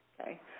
okay